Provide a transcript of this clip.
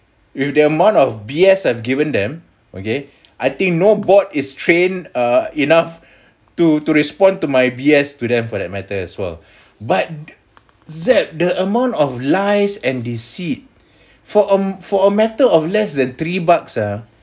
with the amount of B_S I've given them okay I think no bot is trained err enough to to respond to my B_S to them for that matter as well but zap the amount of lies and deceit for um for a matter of less than three bucks ah